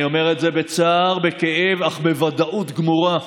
אני אומר את זה בצער, בכאב אך בוודאות גמורה: